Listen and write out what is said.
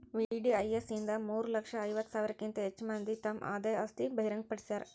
VDIS ಇಂದ ಮೂರ ಲಕ್ಷ ಐವತ್ತ ಸಾವಿರಕ್ಕಿಂತ ಹೆಚ್ ಮಂದಿ ತಮ್ ಆದಾಯ ಆಸ್ತಿ ಬಹಿರಂಗ್ ಪಡ್ಸ್ಯಾರ